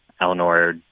Eleanor